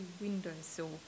windowsill